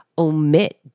omit